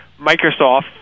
Microsoft